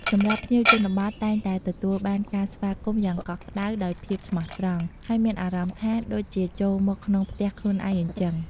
សម្រាប់ភ្ញៀវជនបទតែងតែទទួលបានការស្វាគមន៍យ៉ាងកក់ក្តៅដោយភាពស្មោះត្រង់ ហើយមានអារម្មណ៍ថាដូចជាចូលមកក្នុងផ្ទះខ្លួនឯងអញ្ចឹង។